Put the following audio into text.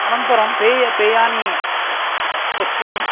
अनन्तरं पेय पेयानि वस्तूनि